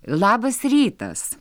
labas rytas